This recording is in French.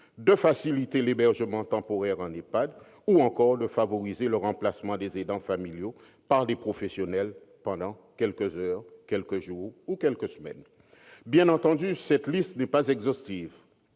de faciliter l'hébergement temporaire en EHPAD et de favoriser le remplacement des aidants familiaux par des professionnels pendant quelques heures, quelques jours ou quelques semaines. Bien entendu, cette liste n'est pas exhaustive.